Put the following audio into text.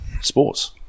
sports